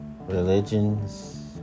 religions